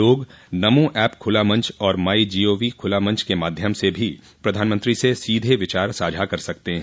लोग नमो ऐप खुला मंच और माइ जी ओ वी खुला मंच के माध्यम से भी प्रधानमंत्री से सीधे विचार साझा कर सकते हैं